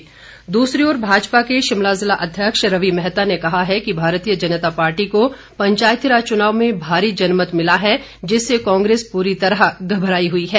भाजपा दूसरी ओर भाजपा के शिमला जिला अध्यक्ष रवि मैहता ने कहा है कि भारतीय जनता पार्टी को पंचायतीराज चुनाव में भारी जनमत मिला है जिससे कांग्रेस पूरी तरह घबराई हुई है